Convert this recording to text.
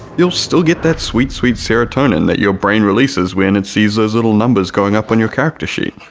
you'll still get that sweet sweet serotonin that your brain releases when it sees those little numbers going up on your character sheet,